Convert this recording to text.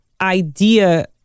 idea